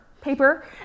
paper